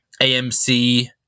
AMC